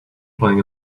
playing